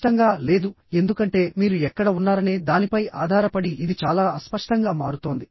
స్పష్టంగా లేదు ఎందుకంటే మీరు ఎక్కడ ఉన్నారనే దానిపై ఆధారపడి ఇది చాలా అస్పష్టంగా మారుతోంది